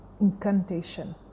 incantation